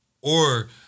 or-